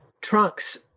trunks